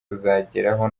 kuzageraho